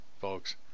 folks